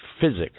physics